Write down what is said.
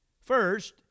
First